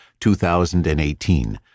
2018